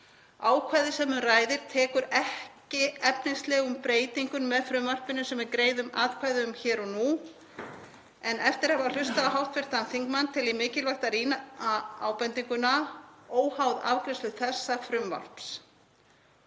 Ákvæðið sem um ræðir tekur ekki efnislegum breytingum með frumvarpinu sem við greiðum atkvæði um hér og nú, en eftir að hafa hlustað á hv. þingmann tel ég mikilvægt að rýna ábendinguna óháð afgreiðslu þessa frumvarps,